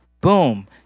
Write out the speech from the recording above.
Boom